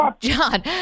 John